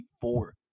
four